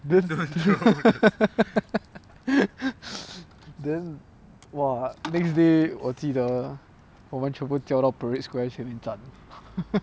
then then !wah! next day 我记得我们全部叫到 parade square 前面站